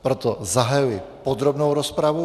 Proto zahajuji podrobnou rozpravu.